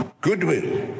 goodwill